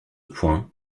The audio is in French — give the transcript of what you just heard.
point